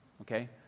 okay